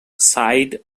side